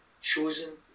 chosen